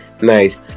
nice